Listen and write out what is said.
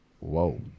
whoa